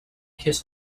kiss